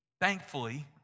thankfully